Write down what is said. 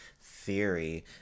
theory